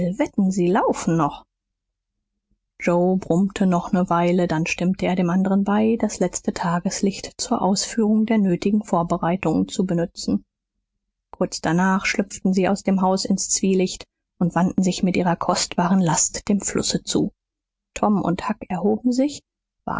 wetten sie laufen noch joe brummte noch ne weile dann stimmte er dem anderen bei das letzte tageslicht zur ausführung der nötigen vorbereitungen zu benützen kurz danach schlüpften sie aus dem haus ins zwielicht und wandten sich mit ihrer kostbaren last dem flusse zu tom und huck erhoben sich